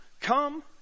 Come